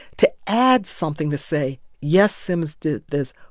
to add something to say, yes, sims did this,